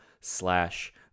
slash